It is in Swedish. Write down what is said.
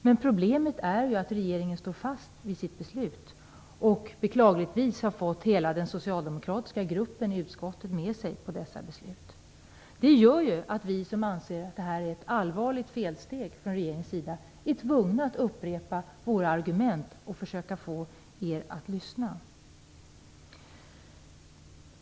Men problemet är ju att regeringen står fast vid sitt beslut, och beklagligtvis har man fått stöd av hela den socialdemokratiska gruppen i utskottet för dessa beslut. Det gör att vi som anser att detta är ett allvarligt felsteg från regeringens sida är tvungna att upprepa våra argument och försöka få er att lyssna.